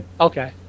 okay